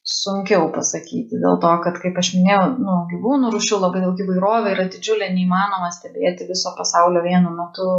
sunkiau pasakyti dėl to kad kaip aš minėjau nu gyvūnų rūšių labai daug įvairovė yra didžiulė neįmanoma stebėti viso pasaulio vienu metu